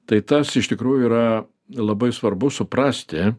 tai tas iš tikrųjų yra labai svarbu suprasti